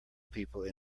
people